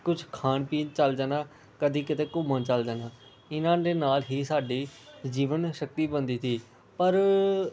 ਕੁਝ ਖਾਣ ਪੀਣ ਚਲੇ ਜਾਣਾ ਕਦੇ ਕਿਤੇ ਘੁੰਮਣ ਚਲੇ ਜਾਣਾ ਇਹਨਾਂ ਦੇ ਨਾਲ ਹੀ ਸਾਡੀ ਜੀਵਨ ਸ਼ਕਤੀ ਬਣਦੀ ਸੀ ਪਰ